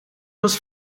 was